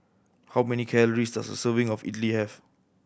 how many calories does a serving of idly have